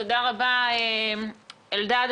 תודה רבה, אלדד.